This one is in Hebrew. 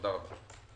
תודה רבה.